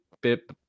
bit